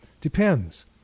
Depends